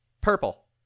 Purple